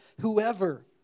whoever